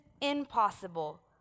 impossible